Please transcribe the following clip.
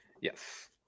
yes